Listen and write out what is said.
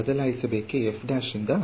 ಬದಲಾಯಿಸಬೇಕೆ ಇಂದ